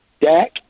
Dak